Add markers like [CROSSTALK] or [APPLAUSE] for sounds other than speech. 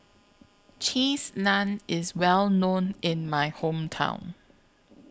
[NOISE] Cheese Naan IS Well known in My Hometown